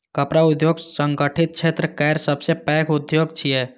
कपड़ा उद्योग संगठित क्षेत्र केर सबसं पैघ उद्योग छियै